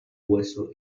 hueso